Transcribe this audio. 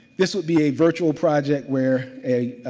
this would be a virtual project where a